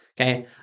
okay